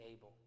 able